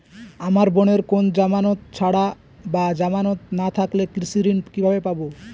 আমার বোনের কোন জামানত ছাড়া বা জামানত না থাকলে কৃষি ঋণ কিভাবে পাবে?